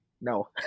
No